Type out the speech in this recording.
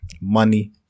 Money